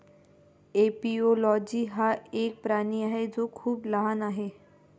एपिओलोजी हा एक प्राणी आहे जो खूप लहान आहे